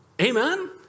Amen